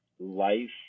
Life